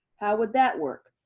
how would that work?